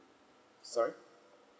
sorry